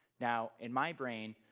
now, in my brain,